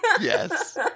Yes